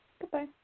Goodbye